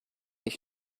ich